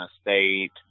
state